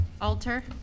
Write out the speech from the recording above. Alter